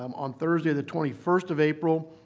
um on thursday, the twenty first of april,